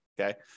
okay